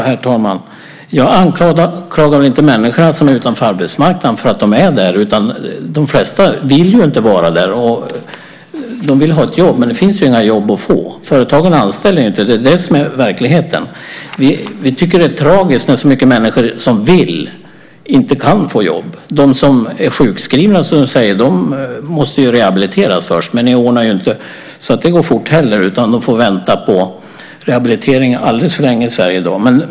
Herr talman! Jag anklagar inte människorna som är utanför arbetsmarknaden för att de är där. De flesta vill ju inte vara där. De vill ha ett jobb, men det finns inga jobb att få. Företagen anställer inte. Det är det som är verkligheten. Vi tycker att det är tragiskt när så många människor som vill inte kan få jobb. De som är sjukskrivna, som du säger, måste rehabiliteras först, men ni ordnar ju inte så det går fort heller. De får vänta på rehabilitering alldeles för länge i Sverige i dag.